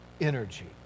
energy